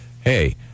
hey